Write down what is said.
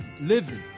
living